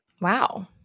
wow